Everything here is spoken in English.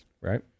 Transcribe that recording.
Right